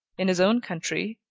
in his own country,